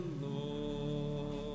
Lord